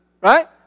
Right